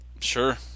Sure